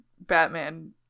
Batman